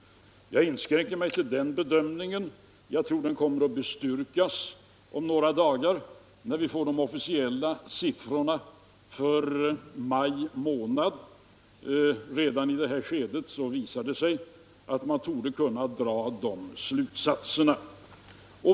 Jag inskränker mig till den bedömningen, som jag tror kommer att bestyrkas om några dagar när vi får de officiella siffrorna för maj månad. Redan i det här skedet visar det sig att man torde kunna dra de slutsatserna.